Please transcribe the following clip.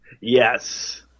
yes